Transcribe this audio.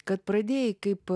kad pradėjai kaip